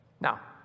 Now